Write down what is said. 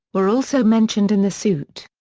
were also mentioned in the suit.